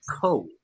code